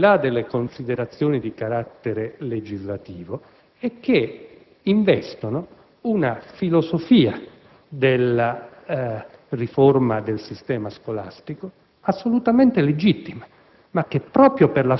andate ben al di là delle considerazioni di carattere legislativo. Hanno investito una filosofia complessiva della riforma del sistema scolastico assolutamente legittima,